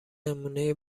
نمونهی